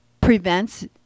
prevents